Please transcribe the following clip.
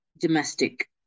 domestic